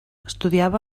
estudiava